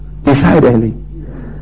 decidedly